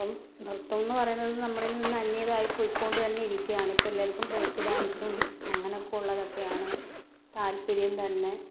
അപ്പം നൃത്തം എന്ന് പറയുന്നത് നമ്മളിൽനിന്ന് അന്യതായി പോയിക്കൊണ്ട് തന്നെ ഇരിക്കുകയാണ് ഇപ്പം എല്ലാവർക്കും ബ്രേക്ക് ഡാൻസും അങ്ങനൊക്കെ ഉള്ളതൊക്കെയാണ് താല്പര്യം തന്നെ